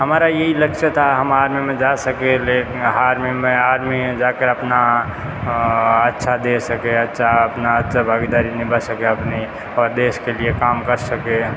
हमारा यही लक्ष्य था हम आर्मी में जा सके लेकिन हार्मी में आर्मी में जा कर अपना अच्छा दे सके अच्छा अपना अच्छा भागदारी निभा सके अपनी और देश के लि ए काम कर सके